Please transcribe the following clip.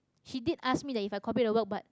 he did asked me that if I copied the work but